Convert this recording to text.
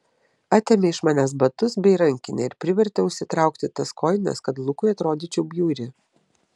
atėmė iš manęs batus bei rankinę ir privertė užsitraukti tas kojines kad lukui atrodyčiau bjauri